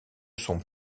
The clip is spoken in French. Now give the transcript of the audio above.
sont